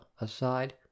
aside